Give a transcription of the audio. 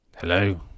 Hello